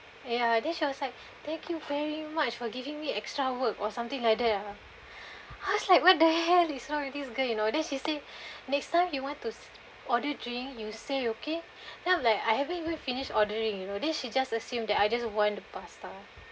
ya then she was like thank you very much for giving me extra work or something like that ah I was like what the hell is wrong with this girl you know then the she say next time you want this s~ order drink you say okay then I'm like I haven't even finish ordering you know then she just assume that I just want the pasta